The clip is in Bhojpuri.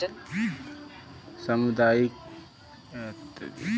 सामुदायिक बैंक अपने ग्राहकन के साथ व्यक्तिगत संबध पर जोर देवला